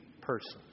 person